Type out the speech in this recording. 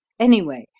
anyway,